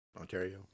Ontario